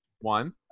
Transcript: One